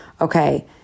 okay